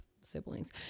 siblings